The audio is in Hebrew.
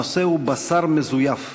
הנושא הוא: בשר מזויף.